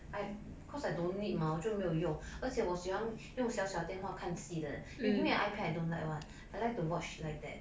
cause I don't need mah 我就没有用而且我喜欢用小小电话看戏的 you give me your ipad don't like what I like to watch like that